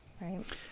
right